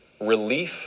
relief